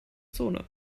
zone